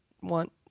want